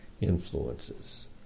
influences